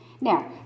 Now